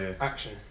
Action